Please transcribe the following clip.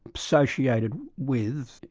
associated with,